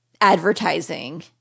advertising